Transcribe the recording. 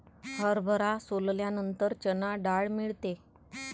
हरभरा सोलल्यानंतर चणा डाळ मिळते